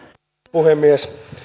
puhemies